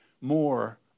more